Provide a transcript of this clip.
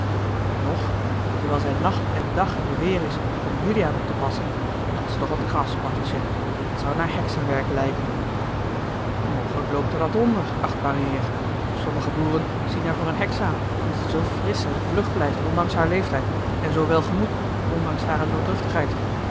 terwijl zij nacht en dag in de weer is om juliaan op te passen dat is toch wat kras bartelsje dat zou naar heksenwerk lijken mogelijk loopt er dat onder achtbare heer sommige boeren zien haar voor eene heks aan omdat ze zoo frisch en vlug blijft ondanks haar leeftijd en zoo welgemoed ondanks hare